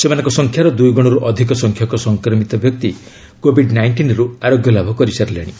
ସେମାନଙ୍କ ସଂଖ୍ୟାର ଦୁଇଗୁଣରୁ ଅଧିକ ସଂଖ୍ୟକ ସଂକ୍ରମିତ ବ୍ୟକ୍ତି କୋଭିଡ ନାଇଷ୍ଟିନ୍ରୁ ଆରୋଗ୍ୟଲାଭ କରିସାରିଲେଣି